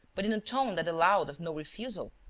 but in a tone that allowed of no refusal,